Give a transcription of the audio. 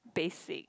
basic